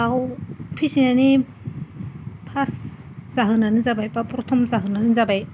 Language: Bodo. दाउ फिसिनायनि फास्ट जाहोनानो जाबाय बा प्रथम जाहोनानो जाबाय